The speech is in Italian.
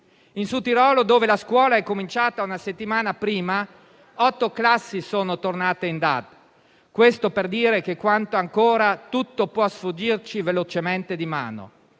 In Sud Tirolo, dove la scuola è cominciata una settimana prima, otto classi sono tornate in DAD: questo per dire quanto ancora tutto può sfuggirci velocemente di mano.